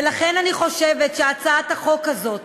ולכן אני חושבת שהצעת החוק הזאת